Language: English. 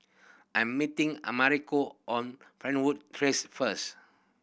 I am meeting Americo on Fernwood Terrace first